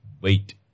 wait